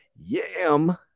Yam